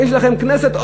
יש לכם כנסת,